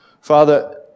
Father